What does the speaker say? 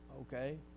Okay